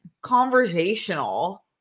conversational